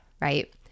right